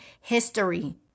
history